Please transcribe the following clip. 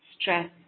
stress